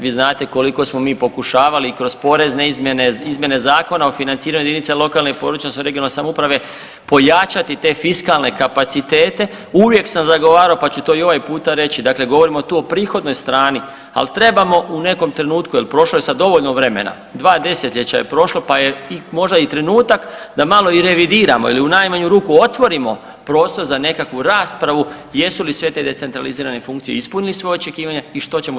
Vi znate koliko smo mi pokušavali i kroz porezne izmjene i izmjene Zakona o financiraju jedinice lokalne i područne odnosno regionalne samouprave pojačati te fiskalne kapacitete uvijek sam zagovarao, pa ću to i ovaj puta reći, dakle govorimo tu o prihodnoj strani, al trebamo u nekom trenutku jel prošlo je sad dovoljno vremena, dva desetljeća je prošlo, pa je možda i trenutak da malo i revidiramo ili u najmanju ruku otvorimo prostor za nekakvu raspravu jesu li sve te decentralizirane funkcije ispunili svoja očekivanja i što ćemo dalje raditi.